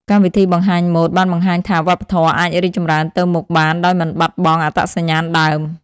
កម្មវិធីបង្ហាញម៉ូដបានបង្ហាញថាវប្បធម៌អាចរីកចម្រើនទៅមុខបានដោយមិនបាត់បង់អត្តសញ្ញាណដើម។